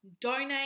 donate